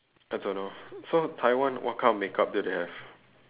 I don't know so taiwan what kind of makeup do they have